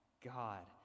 God